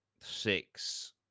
six